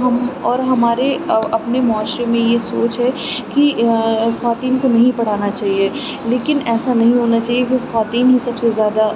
ہم اور ہمارے اپنے معاشرے میں یہ سوچ ہے کہ خواتین کو نہیں پڑھانا چاہیے لیکن ایسا نہیں ہونا چاہیے کیونکہ خواتین ہی سب سے زیادہ